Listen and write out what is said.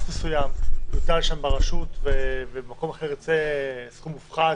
מסוים יוטל ברשות ובמקום אחר יוצא סכום מופחת,